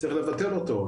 צריך לבטל אותו,